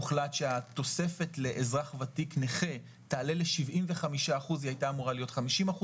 הוחלט שהתוספת לאזרח ותיק נכה תעלה ל-75%; היא היתה אמורה להיות 50%,